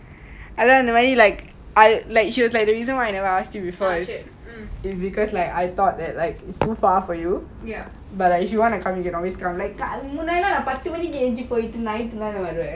I learned already like like she was like the reason why I never ask you before is because like I thought that like is too far for you ya but like if you want to come you can always come முன்னாடிலாம் நான் பாத்து மணிகி எங்சி போயிடு:munaadilam naan pathu maniki yeanchi poitu night eh தான வருவான்:thaana varuvan primary school lah